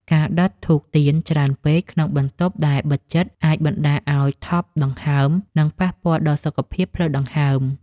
ការដុតធូបទៀនច្រើនពេកក្នុងបន្ទប់ដែលបិទជិតអាចបណ្តាលឱ្យថប់ដង្ហើម និងប៉ះពាល់ដល់សុខភាពផ្លូវដង្ហើម។